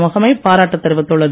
முகமை பாராட்டு தெரிவித்துள்ளது